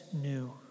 new